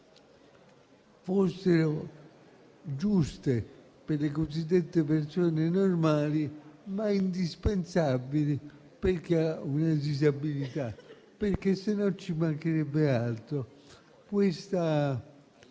fossero giuste per le cosiddette persone normali, ma indispensabili per chi ha una disabilità, altrimenti: ci mancherebbe altro. Questo